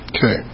Okay